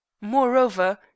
Moreover